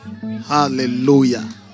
Hallelujah